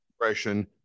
depression